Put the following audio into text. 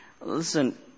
Listen